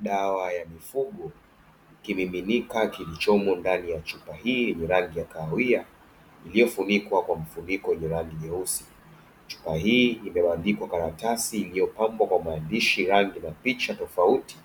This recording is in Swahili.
Dawa ya mifugo kimiminika kilichomo ndani chupa hii yenye rangi ya kahawia iliyofunikwa kwa mfuniko wenye rangi nyeusi. Chupa hii imebandikwa karatasi iliyopambwa kwa maandishi, rangi na picha tofauti.